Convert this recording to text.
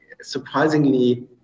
surprisingly